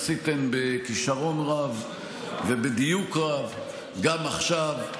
עשיתן בכישרון רב ובדיוק רב גם עכשיו,